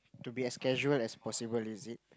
to be as casual as possible is it